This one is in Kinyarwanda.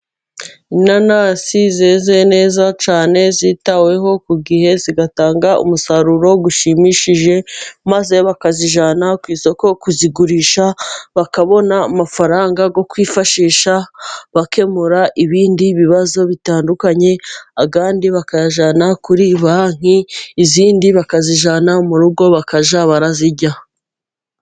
Inanasi zezeye neza cyane, zitaweho ku gihe, zigatanga umusaruro ushimishije, maze bakazijyana ku isoko kuzigurisha, bakabona amafaranga yo kwifashisha bakemura ibindi bibazo bitandukanye, andi bakayajyana kuri banki, izindi bakazijyana mu rugo bakajya bazirya.